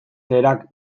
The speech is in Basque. baterak